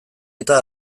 eta